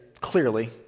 clearly